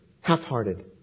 Half-hearted